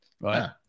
Right